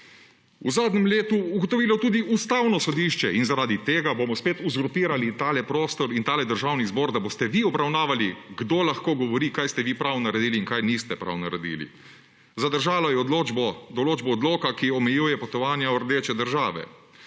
v zadnjem letu ugotovilo tudi Ustavno sodišče in zaradi tega bomo spet uzurpirali tale prostor in tale državni zbor, da boste vi obravnavali, kdo lahko govori, kaj ste vi prav naredili in česa niste prav naredili. Zadržalo je določbo odloka, ki omejuje potovanja v rdeče države,